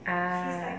ah